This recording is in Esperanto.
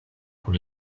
kun